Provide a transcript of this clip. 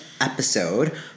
episode